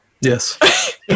Yes